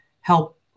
help